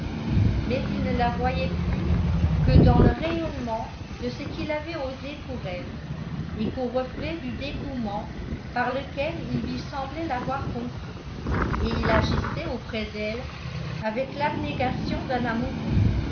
mais il ne la voyait plus que dans le rayonnement de ce qu'il avait osé pour elle et qu'au reflet du dévouement par lequel il lui semblait l'avoir conquise et il agissait auprès d'elle avec l'abnégation d'un amoureux